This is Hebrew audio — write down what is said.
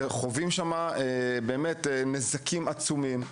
שגם הם חווים שם נזקים עצומים.